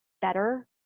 better